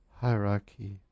Hierarchy